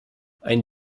ein